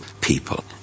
people